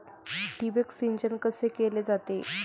ठिबक सिंचन कसे केले जाते?